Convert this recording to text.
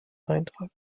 eintrag